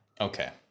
Okay